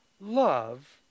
love